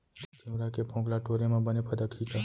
तिंवरा के फोंक ल टोरे म बने फदकही का?